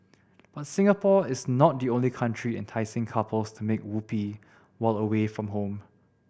but Singapore is not the only country enticing couples to make whoopee while away from home